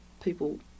people